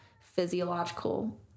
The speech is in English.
physiological